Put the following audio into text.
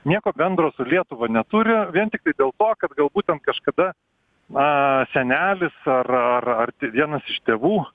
nieko bendro su lietuva neturi vien tiktai dėl to kad galbūt ten kažkada a senelis ar ar arti vienas iš tėvų